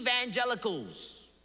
evangelicals